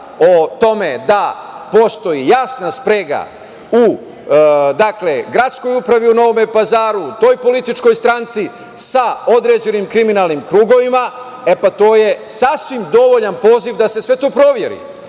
o tome da postoji jasna sprega u gradskoj upravi u Novom Pazaru, toj političkoj stranci sa određenim kriminalnim krugovima, e pa to je sasvim dovoljan poziv da se sve to proveri,